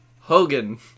hogan